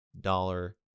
dollar